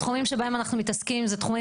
התחומים שבהם אנחנו מתעסקים זה תחומים